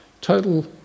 total